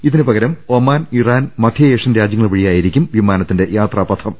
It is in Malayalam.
ഇതിനുപകരം ഒമാൻ ഇറാൻ മധ്യ ഏഷ്യൻ രാജ്യങ്ങൾ വഴിയായിരിക്കും വിമാന ത്തിന്റെ യാത്രാപഥം